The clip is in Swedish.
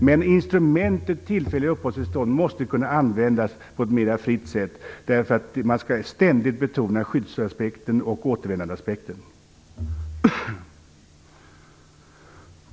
Men instrumentet tillfälliga uppehållstillstånd måste kunna användas på ett mera fritt sätt. Man skall ständigt betona skyddsaspekten och återvändandeaspekten.